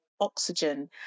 oxygen